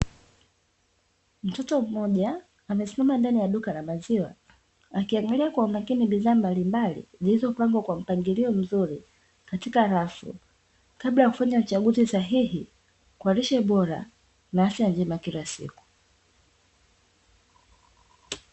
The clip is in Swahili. Mtoto mmoja amesimama ndani ya duka la maziwa, akiangalia kwa makini bidhaa mbalimbali zilizopangwa kwa mpangilio mzuri katika rafu, kabla kufanya chaguzi sahihi kwa lishe bora na afya njema kila siku.